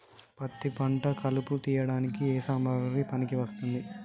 పత్తి పంట కలుపు తీయడానికి ఏ సామాగ్రి పనికి వస్తుంది?